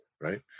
right